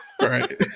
Right